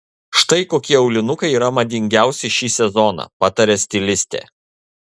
štai kokie aulinukai yra madingiausi šį sezoną pataria stilistė